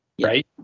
right